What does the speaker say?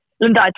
Linda